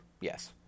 Yes